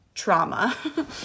trauma